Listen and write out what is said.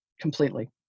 completely